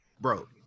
bro